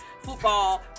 football